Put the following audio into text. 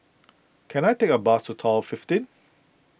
can I take a bus to Tower fifteen